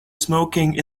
smoking